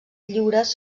lliures